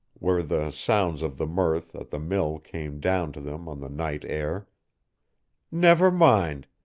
where the sounds of the mirth at the mill came down to them on the night air never mind.